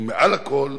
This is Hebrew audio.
ומעל לכול,